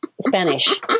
Spanish